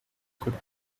could